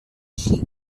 sheep